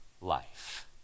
life